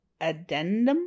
addendum